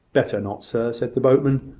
better not, sir, said the boatman.